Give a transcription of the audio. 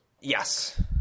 Yes